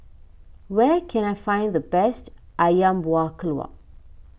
where can I find the best Ayam Buah Keluak